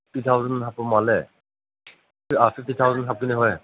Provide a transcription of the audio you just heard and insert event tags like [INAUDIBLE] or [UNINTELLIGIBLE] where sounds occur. ꯐꯤꯇꯤ thousand ꯍꯥꯞꯄ ꯃꯥꯜꯂꯦ [UNINTELLIGIBLE] ꯍꯣꯏ